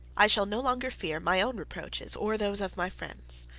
i shall no longer fear my own reproaches or those of my friends.